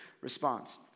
response